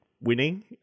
winning